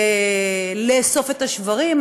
לאסוף את השברים,